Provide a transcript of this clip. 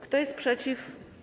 Kto jest przeciw?